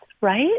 right